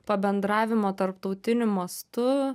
pabendravimo tarptautiniu mastu